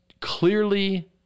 clearly